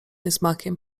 niesmakiem